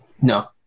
No